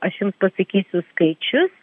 aš jums pasakysiu skaičius